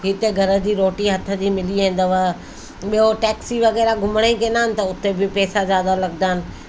हिते घर जी रोटी हथ जी मिली वेंदव ॿियो टेक्सी वग़ैरह घुमण जी कंदा आहिनि त उते बि पैसा जादा लॻंदा आहिनि